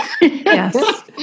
Yes